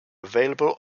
available